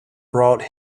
brought